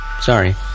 Sorry